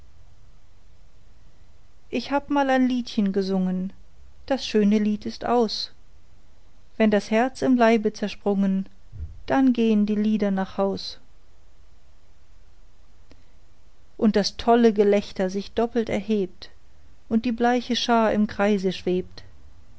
ich hab mal ein liedchen gesungen das schöne lied ist aus wenn das herz im leibe zersprungen dann gehen die lieder nach haus und das tolle gelächter sich doppelt erhebt und die bleiche schar im kreise schwebt